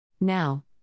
Now